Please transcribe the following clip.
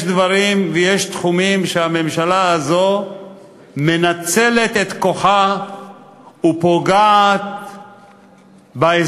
יש דברים ויש תחומים שבהם הממשלה הזאת מנצלת את כוחה ופוגעת באזרחים,